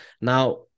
Now